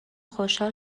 خوشحال